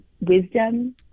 wisdom